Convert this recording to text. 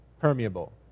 permeable